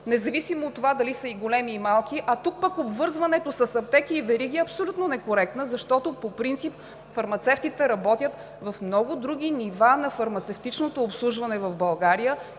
независимо от това дали са и големи, и малки, а тук пък обвързването с аптеки и вериги е абсолютно некоректна, защото по принцип фармацевтите работят в много други нива на фармацевтичното обслужване в България